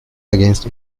against